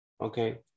Okay